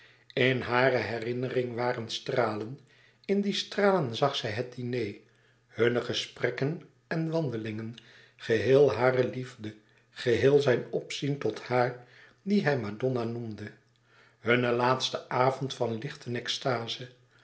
in hare herinnering waren stralen in die stralen zag zij het diner hunne gelouis couperus extaze een boek van geluk sprekken en wandelingen geheel hare liefde geheel zijn opzien tot haar die hij madonna noemde hunnen laatsten avond van licht en extaze